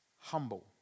humble